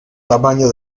tamaño